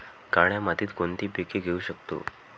काळ्या मातीत कोणती पिके घेऊ शकतो?